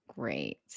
Great